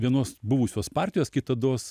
vienos buvusios partijos kitados